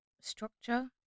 structure